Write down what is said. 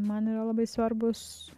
man yra labai svarbūs